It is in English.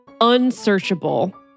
unsearchable